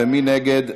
מי נגד?